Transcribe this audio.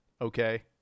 Okay